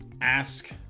Ask